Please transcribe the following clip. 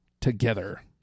together